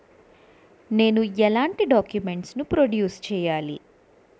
నేను డాక్యుమెంట్స్ ఏంటి ప్రొడ్యూస్ చెయ్యాలి?